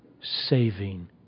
saving